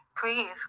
Please